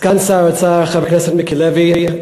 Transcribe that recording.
סגן שר האוצר, חבר הכנסת מיקי לוי,